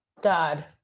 God